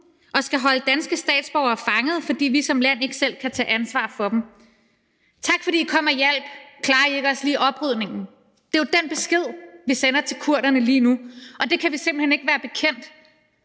og skal holde danske statsborgere fanget, fordi vi som land ikke selv kan tage ansvar for dem. Tak, fordi I kom og hjalp, klarer I ikke også lige oprydningen? Det er jo den besked, vi sender til kurderne lige nu, og det kan vi simpelt hen ikke være bekendt.